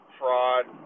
fraud